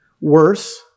Worse